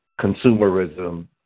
consumerism